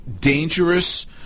dangerous